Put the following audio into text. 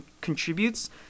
contributes